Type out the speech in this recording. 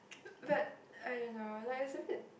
but I don't know like it's a bit